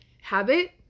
habit